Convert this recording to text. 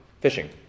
fishing